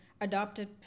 adopted